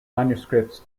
manuscripts